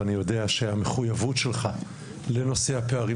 ואני יודע שהמחויבות שלך לנושא הפערים